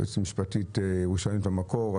היועצת המשפטית ירושלמית במקור.